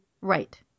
Right